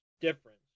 difference